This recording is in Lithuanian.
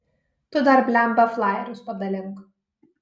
tu dar blemba flajerius padalink